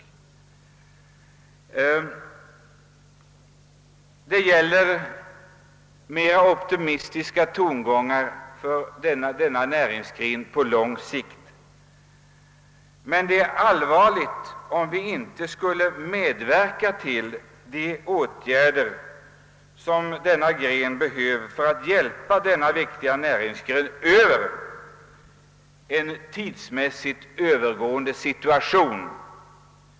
På lång sikt kan man nog anslå optimistiska tongångar när det gäller denna näringsgren, men det är allvarligt om inte staten skulle medverka till vidtagande av de åtgärder som erfordras för att hjälpa denna viktiga näringsgren över en just nu besvärlig men övergående situation.